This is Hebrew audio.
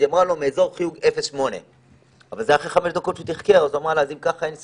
הם אמרו לו שזה מישהו מאזור חיוג 08. אם היו מכניסים